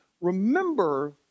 remember